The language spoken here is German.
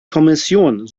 kommission